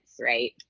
Right